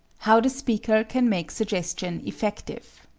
how the speaker can make suggestion effective